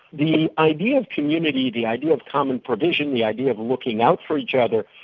the idea of community, the idea of common provision, the idea of looking out for each other,